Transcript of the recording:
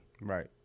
Right